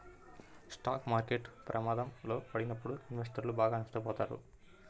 stock market ప్రమాదంలో పడినప్పుడు ఇన్వెస్టర్లు బాగా నష్టపోతారు